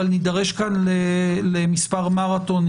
אבל נידרש כאן למספר מרתונים,